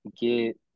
get